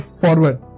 forward